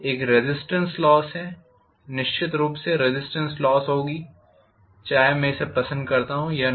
एक resistance loss है निश्चित रूप से रेज़िस्टेन्स लॉस होगी चाहे मैं इसे पसंद करता हूं या नहीं